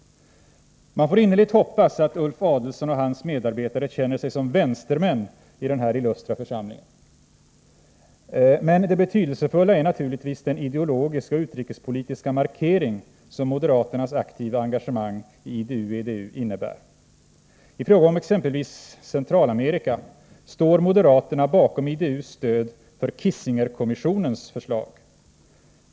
Man får innerligt hoppas att Ulf Adelsohn och hans medarbetare känner sig som vänstermän i den här illustra församlingen. Men det betydelsefulla är naturligtvis den ideologiska och utrikespolitiska markering som moderaternas aktiva engagemang i IDU/EDU innebär. I fråga om exempelvis Centralamerika står moderaterna bakom IDU:s stöd för Kissingerkommissionens förslag.